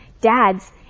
Dads